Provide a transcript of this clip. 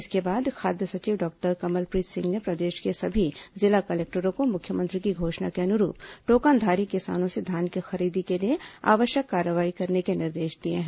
इसके बाद खाद्य सचिव डॉक्टर कमलप्रीत सिंह ने प्रदेश के सभी जिला कलेक्टरों को मुख्यमंत्री की घोषणा के अनुरूप टोकनधारी किसानों से धान की खरीदी के लिए आवश्यक कार्यवाही करने के निर्देश दिए हैं